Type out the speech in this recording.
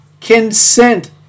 consent